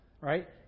Right